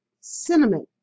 cinnamon